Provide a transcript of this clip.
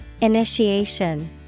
Initiation